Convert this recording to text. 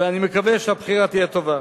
ואני מקווה שהבחירה תהיה טובה.